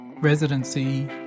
residency